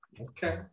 Okay